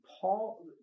Paul